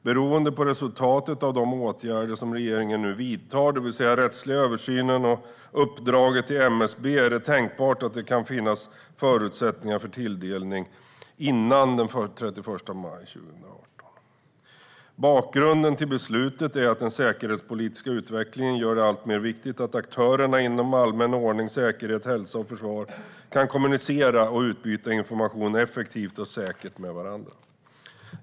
Beroende på resultatet av de åtgärder som regeringen nu vidtar, det vill säga den rättsliga översynen och uppdraget till MSB, är det tänkbart att det kan finnas förutsättningar för tilldelning före den 31 maj 2018. Bakgrunden till beslutet är att den säkerhetspolitiska utvecklingen gör det alltmer viktigt att aktörerna inom allmän ordning, säkerhet, hälsa och försvar kan kommunicera och utbyta information effektivt och säkert med varandra.